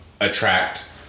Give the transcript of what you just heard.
attract